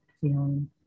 feeling